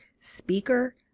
speaker